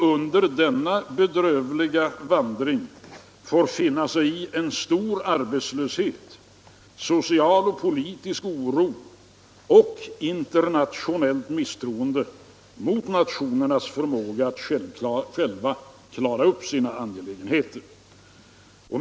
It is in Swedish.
Under denna bedrövliga vandring får de finna sig i en stor arbetslöshet, social och politisk oro och internationellt misstroende mot deras förmåga att själva klara upp sina angelägenheter.